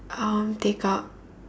um take out